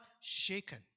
shaken